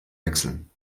wechseln